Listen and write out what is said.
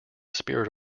spirit